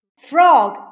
frog